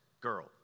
Girl